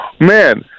Man